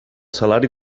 salari